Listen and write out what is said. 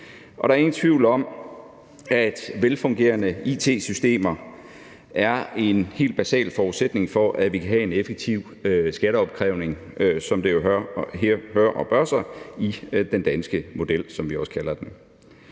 der er ingen tvivl om, at velfungerende it-systemer er en helt basal forudsætning for, at vi kan have en effektiv skatteopkrævning, som det sig hør og bør for den danske model, som vi også kalder den.